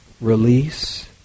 release